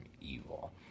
evil